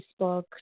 Facebook